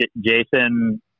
Jason